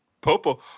Popo